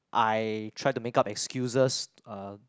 I try to make up excuses uh